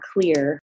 clear